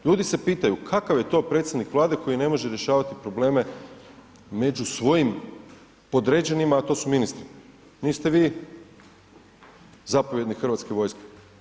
Ljudi se pitanju kakav je to predsjednik Vlade koji ne može rješavati probleme među svojim podređenima, a to su ministri, niste vi zapovjednik hrvatske vojske.